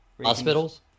Hospitals